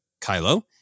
Kylo